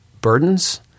burdens